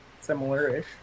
similar-ish